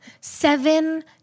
seven